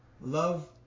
love